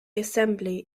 assembly